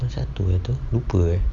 mana satu eh tu lupa eh